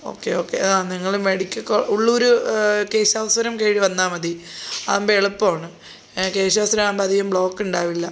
okay okay ആ നിങ്ങൾ medical കോ ഉള്ളൂർ കേശവസ്വരം കീഴിൽ വന്നാൽ മതി അതാവുമ്പോൾ എളുപ്പാണ് കേശവൻസ്വരം ആവുമ്പോൾ അധികം ബ്ലോക്ക് ഉണ്ടാവില്ല